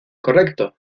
correcto